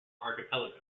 archipelago